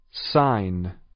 Sign